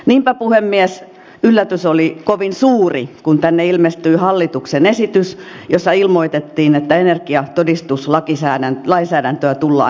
niinpä puhemies yllätys oli kovin suuri kun tänne ilmestyi hallituksen esitys jossa ilmoitettiin että energiatodistuslainsäädäntöä tullaan muuttamaan